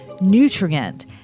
nutrient